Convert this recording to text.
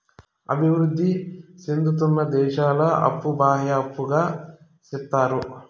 అభివృద్ధి సేందుతున్న దేశాల అప్పు బాహ్య అప్పుగా సెప్తారు